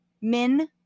min